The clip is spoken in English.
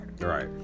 Right